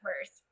first